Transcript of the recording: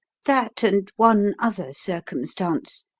that and one other circumstance.